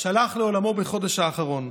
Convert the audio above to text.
שהלך לעולמו בחודש האחרון.